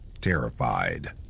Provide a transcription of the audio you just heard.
terrified